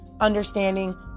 understanding